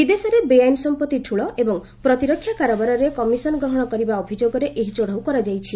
ବିଦେଶରେ ବେଆଇନ ସମ୍ପତ୍ତି ଠୁଳ ଏବଂ ପ୍ରତିରକ୍ଷା କାରବାରରେ କମିଶନ ଗ୍ରହଣ କରିବା ଅଭିଯୋଗ ଏହି ଚଢ଼ଉ କରାଯାଇଛି